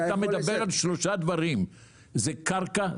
אתה מדבר על שלושה דברים: קרקע,